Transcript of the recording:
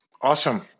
Awesome